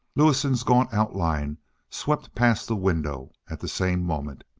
lewison's gaunt outline swept past the window at the same moment.